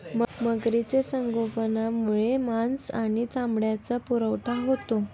मगरीचे संगोपनामुळे मांस आणि चामड्याचा पुरवठा होतो